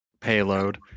payload